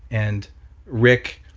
and rick,